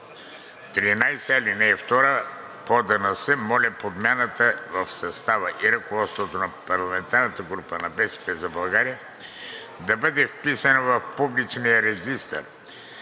13, ал. 2 от ПОДНС моля подмяната в състава и ръководството на парламентарната група на „БСП за България“ да бъде вписана в публичния регистър.